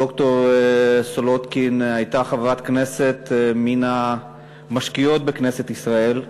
ד"ר סולודקין הייתה חברת כנסת מן המשקיעות בכנסת ישראל,